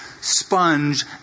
sponge